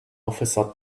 officer